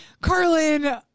Carlin